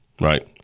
right